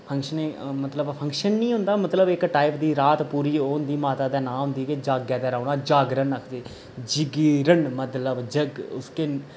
फंक्शने मतलब फंक्शन नेईं होंदा मतलब इक टाइप दी रात पूरी ओह् होंदी माता दे नांऽ होंदी के जग्ग ऐ ते रौह्ना जागरण आखदे जगीरण मतलब जग उसके